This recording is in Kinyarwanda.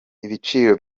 ibiciro